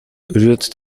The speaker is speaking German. rührt